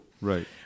Right